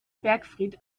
bergfried